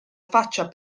faccia